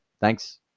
Thanks